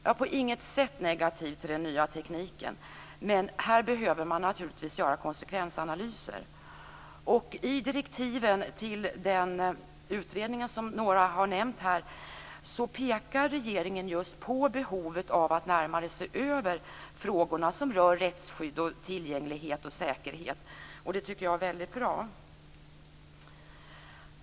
Jag är på inget sätt negativ till den nya tekniken, men här behöver man naturligtvis göra konsekvensanalyser. I direktiven till den utredning som några har nämnt här pekar regeringen just på behovet av att närmare se över de frågor som rör rättsskydd, tillgänglighet och säkerhet. Det tycker jag är väldigt bra.